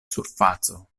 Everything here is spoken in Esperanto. surfaco